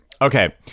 okay